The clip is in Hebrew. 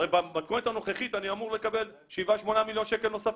הרי במתכונת הנוכחית אני אמור לקבל שבעה-שמונה מיליון שקל נוספים,